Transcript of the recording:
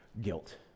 guilt